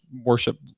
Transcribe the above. worship